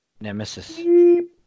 Nemesis